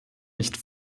nicht